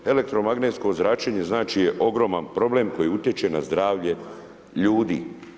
Elektromagnetsko zračenje je znači ogroman problem koji utječe na zdravlje ljudi.